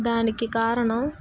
దానికి కారణం